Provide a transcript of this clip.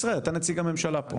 לא, ממשלת ישראל, אתה נציג הממשלה פה.